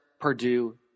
Purdue